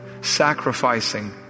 sacrificing